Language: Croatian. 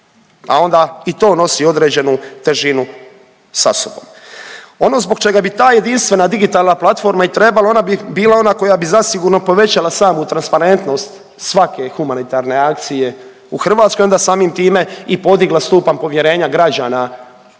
a onda i to nosi određenu težinu sa sobom. Ono zbog čega bi ta jedinstvena digitalna platforma i trebala ona bi bila ona koja bi zasigurno povećala samu transparentnost svake humanitarne akcije u Hrvatskoj i onda samim time i podigla stupanj povjerenja građana